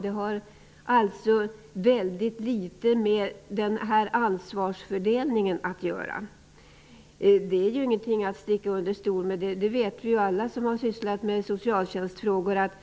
Det har alltså väldigt litet med ansvarsfördelningen att göra. Det är inget att sticka under stol med, och det vet ju alla vi som har sysslat med socialtjänstfrågor, att